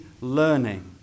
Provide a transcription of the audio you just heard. learning